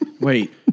Wait